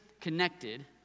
connected